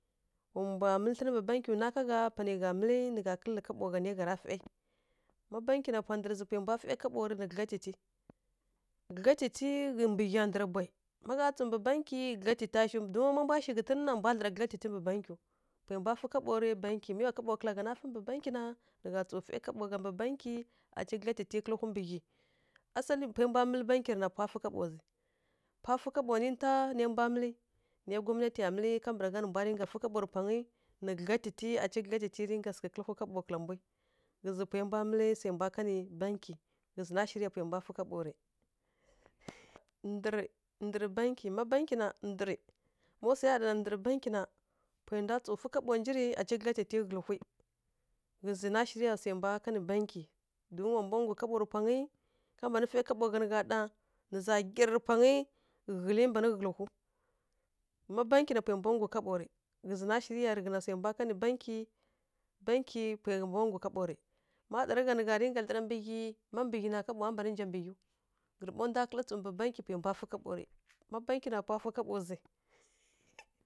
Wa mbwa mǝlǝ thlǝnǝ mbǝ bankyi nwa ká gha panai gha mǝlǝ nǝ gha kǝlǝ kaɓo gha nai gha ra fai. Má bankyi na pwa ndǝrǝ zǝ pwai mbwa fai kaɓo rǝ nǝ gǝdlyatiti. Gǝdlyatiti mbǝ ghya ɗarǝ bwayi, ma gha tsǝw mbǝ bankyi gǝdlyatita shiw, don má mbwa shi ghǝtǝn na mbwa dlǝra gǝdlyatiti bankyiw. Pwai mbwa fǝ kaɓo rǝ bankyi mi wa kaɓo kǝla gha na fǝ mbǝ bankyi na, nǝ gha tsǝw fai kaɓo gha mbǝ bankyi aci gǝdlyatiti kǝlǝ hwi mbǝ ghyi. Asali pen fa mǝlǝ bankyi rǝ na pwa fǝ kaɓo zǝ, pwa fǝ kaɓo ninta nai mbwa mǝlǝ nai gwamnatiya mǝlǝ kambǝragha nǝ mbwa rǝ ka fǝ kaɓo rǝ pwangǝ nai gǝdlyatiti aci gǝdlyatiti rǝn ka sǝghǝ kǝlǝ hwi kaɓo kǝla mbwi. Ghǝzǝ pwai mbwa mǝlǝ swai mbwa kanǝ bankyi. Ghǝzǝ na shirǝ ya pwai mbwa fǝ kaɓo rǝ. Ndǝrǝ ndǝrǝ bankyi, má bankyi na, ndǝrǝ ma swai ya ndǝrǝ bankyi na, pwai ndwa tsǝw fǝ kaɓo nji rǝ, aci gǝdlyatiti ghǝlǝhwi. Ghǝzǝ na shirǝ ya swai mbwa kanǝ bankyi. Don wa mbwa nggu kaɓo rǝ pwangǝ, ka mban fai kaɓo gha nǝ gha ɗa nǝ za, nǝ za nggyara rǝ pwangǝ ghǝlǝ mban ghǝlǝhu. Má bankyi na, pwai mbwa nggu kaɓo rǝ ghǝzǝ na shirǝ ya swai mbwa kanǝ bankyi. Bankyi pwai mbwa nggu kaɓo rǝ. Má ɗarǝ gha nǝ gha rǝnga dlǝra mbǝ ghyi má mbǝ ghyi na kaɓo mbǝ nja mbǝ ghyiw. Ngǝɓa ndwa kǝlǝ tsǝw mbǝ bankyi pwai mbwa fǝ kaɓo rǝ. Ma bankyi na, pwa fǝ kaɓo zǝ.